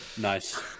nice